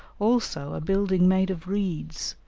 also a building made of reeds,